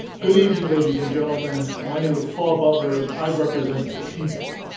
good evening, ladies and gentlemen. my name is paul butler, and i represent the people.